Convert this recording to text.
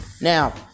Now